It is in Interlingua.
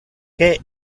que